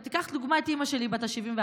קח לדוגמה את אימא שלי בת ה-74,